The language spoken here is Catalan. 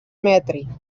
mètric